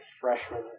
freshman